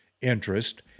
interest